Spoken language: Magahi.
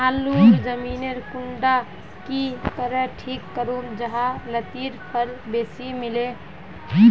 आलूर जमीन कुंडा की करे ठीक करूम जाहा लात्तिर फल बेसी मिले?